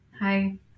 Hi